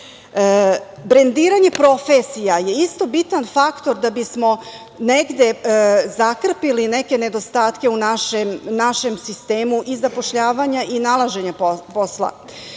kako. Brendiranje profesija je isto bitan faktor da bismo negde zakrpili neke nedostatke u našem sistemu i zapošljavanju i nalaženju